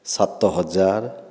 ସାତ ହଜାର